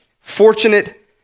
fortunate